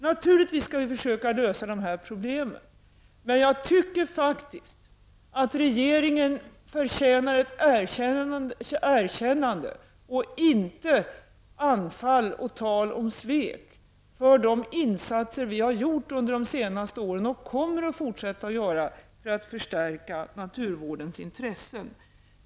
Naturligtvis skall vi försöka lösa de här problemen, men jag tycker faktiskt att regeringen förtjänar ett erkännande -- och inte anfall och tal om svek -- för de insatser som vi har gjort under de senaste åren. Och vi kommer att fortsätta att göra insatser för att förstärka naturvårdsintressena.